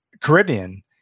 Caribbean